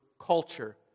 culture